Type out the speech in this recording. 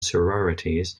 sororities